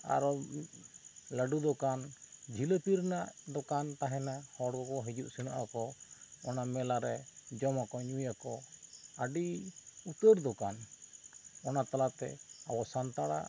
ᱟᱨᱚ ᱞᱟᱹᱰᱩ ᱫᱚᱠᱟᱱ ᱡᱤᱞᱟᱹᱵᱤ ᱨᱮᱱᱟᱜ ᱫᱚᱠᱟᱱ ᱛᱟᱦᱮᱱᱟ ᱦᱚᱲ ᱠᱚᱠᱚ ᱦᱤᱡᱩᱜ ᱥᱮᱱᱚᱜ ᱟᱠᱚ ᱚᱱᱟ ᱢᱮᱞᱟ ᱨᱮ ᱡᱚᱢ ᱟᱠᱚ ᱧᱩᱭᱟᱠᱚ ᱟᱹᱰᱤ ᱩᱛᱟᱹᱨ ᱫᱚᱠᱟᱱ ᱚᱱᱟ ᱛᱟᱞᱟ ᱛᱮ ᱟᱵᱚ ᱥᱟᱱᱛᱟᱲᱟᱜ